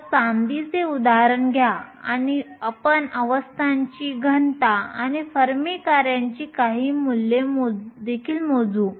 तर चांदीचे उदाहरण घ्या आणि आपण अवस्थांची घनता आणि फर्मी कार्यांची काही मूल्ये देखील मोजू